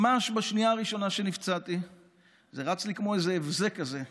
ממש בשנייה הראשונה שנפצעתי זה רץ לי כמו איזה הבזק כזה.